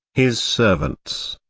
his servants,